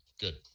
Good